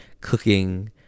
cooking